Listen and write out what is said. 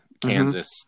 Kansas